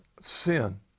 sin